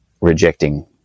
rejecting